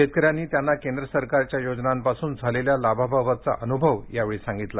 शेतकऱ्यांनी त्यांना केंद्र सरकारच्या योजनांपासून झालेल्या लाभाबाबतचा अनुभव यावेळी सांगितला